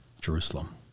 Jerusalem